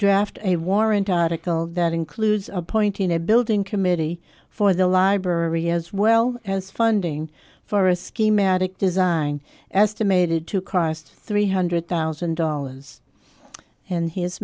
draft a warrant article that includes appointing a building committee for the library as well as funding for a schematic design estimated to cost three hundred thousand dollars and his